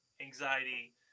anxiety